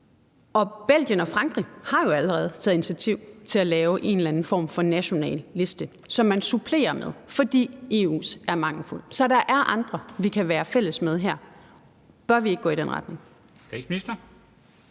Belgien og Frankrig har jo allerede taget initiativ til at lave en eller anden form for national liste, som man supplerer med, fordi EU's liste er mangelfuld, så der er andre, vi kan være fælles med om her. Bør vi ikke gå i den retning?